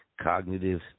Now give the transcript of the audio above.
cognitive